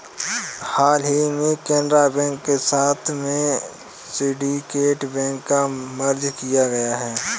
हाल ही में केनरा बैंक के साथ में सिन्डीकेट बैंक को मर्ज किया गया है